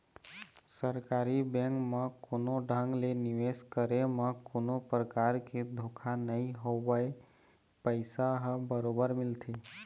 सरकारी बेंक म कोनो ढंग ले निवेश करे म कोनो परकार के धोखा नइ होवय पइसा ह बरोबर मिलथे